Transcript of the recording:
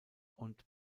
und